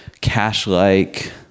cash-like